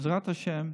בעזרת השם,